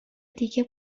دیگه